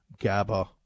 GABA